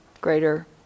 greater